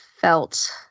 felt